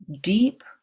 deep